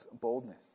boldness